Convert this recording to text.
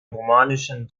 romanischen